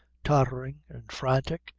tottering and frantic,